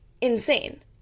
insane